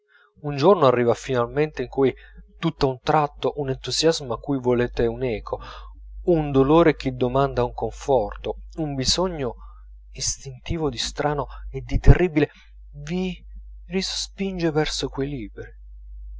un giorno arriva finalmente in cui tutt'a un tratto un entusiasmo a cui volete un'eco un dolore che domanda un conforto un bisogno istintivo di strano o di terribile vi risospinge verso quei libri